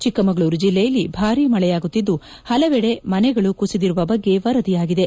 ಚಿಕ್ಕಮಗಳೂರು ಜಿಲ್ಲೆಯಲ್ಲಿ ಭಾರೀ ಮಳೆಯಾಗುತ್ತಿದ್ಲು ಹಲವೆಡೆ ಮನೆಗಳು ಕುಸಿದಿರುವ ಬಗ್ಗೆ ವರದಿಯಾಗಿದೆ